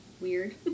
weird